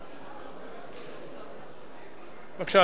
בבקשה, אדוני.